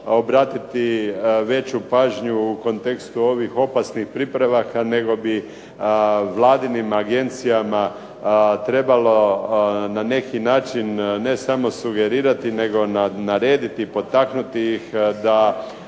obratiti veću pažnju kontekstu ovih opasnih pripravaka nego bi vladinim agencijama trebalo na neki način ne samo sugerirati nego narediti, potaknuti ih da